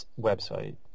website